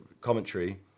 commentary